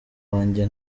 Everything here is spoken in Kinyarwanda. wanjye